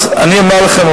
אז אני אומר לכם,